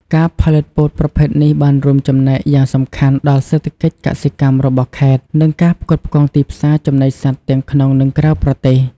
ការផលិតពោតប្រភេទនេះបានរួមចំណែកយ៉ាងសំខាន់ដល់សេដ្ឋកិច្ចកសិកម្មរបស់ខេត្ត និងការផ្គត់ផ្គង់ទីផ្សារចំណីសត្វទាំងក្នុង និងក្រៅប្រទេស។